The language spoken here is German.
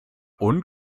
und